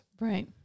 Right